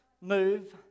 move